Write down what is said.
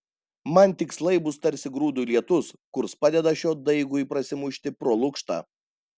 man tikslai bus tarsi grūdui lietus kurs padeda šio daigui prasimušti pro lukštą